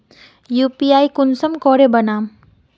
UPI कुंसम करे बनाम?